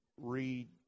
read